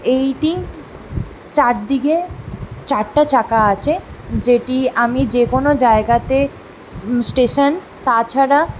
এইটি চারদিকে চারটা চাকা আছে যেটি আমি যেকোনো জায়গাতে স্টেশন তাছাড়া